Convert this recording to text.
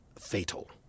fatal